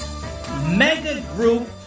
mega-group